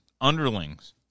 underlings